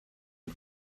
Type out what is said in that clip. and